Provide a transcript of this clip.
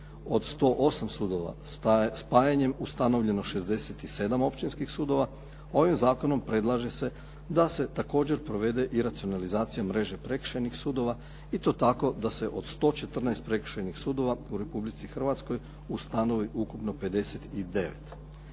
od 108 sudova spajanjem ustanovljeno 67 općinskih sudova, ovim zakonom predlaže se da se također provede i racionalizacija mreže prekršajnih sudova i to tako da se od 114 prekršajnih sudova u Republici Hrvatskoj ustanovi ukupno 59.